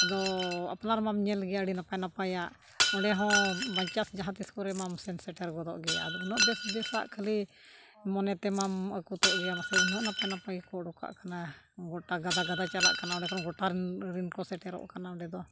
ᱟᱫᱚ ᱟᱯᱱᱟᱨᱢᱟᱢ ᱧᱮᱞ ᱜᱮᱭᱟ ᱟᱹᱰᱤ ᱱᱟᱯᱟᱭ ᱱᱟᱯᱟᱭᱟᱜ ᱚᱸᱰᱮ ᱦᱚᱸ ᱵᱟᱧᱪᱟᱥ ᱡᱟᱦᱟᱸᱛᱤᱥ ᱠᱚᱨᱮᱢᱟ ᱥᱮᱱ ᱥᱮᱴᱮᱨ ᱜᱚᱫᱚᱜ ᱜᱮᱭᱟ ᱟᱫᱚ ᱩᱱᱟᱹᱜ ᱵᱮᱥ ᱵᱮᱥᱟᱜ ᱠᱷᱟᱹᱞᱤ ᱢᱚᱱᱮ ᱛᱮᱢ ᱟᱹᱠᱩᱛᱚᱜ ᱜᱮᱭᱟ ᱢᱟᱥᱮ ᱩᱱᱟᱹᱜ ᱱᱟᱯᱟᱭ ᱱᱟᱯᱟᱭ ᱜᱮᱠᱚ ᱚᱰᱚᱠᱟᱜ ᱠᱟᱱᱟ ᱜᱚᱴᱟ ᱜᱟᱰᱟ ᱜᱟᱫᱟ ᱪᱟᱞᱟᱜ ᱠᱟᱱᱟ ᱚᱸᱰᱮᱠᱷᱚᱱ ᱜᱚᱴᱟ ᱨᱤᱱ ᱠᱚ ᱥᱮᱴᱮᱨᱚᱜ ᱠᱟᱱᱟ ᱚᱸᱰᱮ ᱫᱚ